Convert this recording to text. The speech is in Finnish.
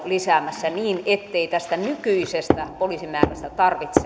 lisäämässä niin ettei tästä nykyisestä poliisimäärästä tarvitse